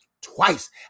Twice